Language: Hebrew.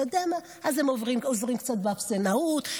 אז הם עוזרים קצת באפסנאות,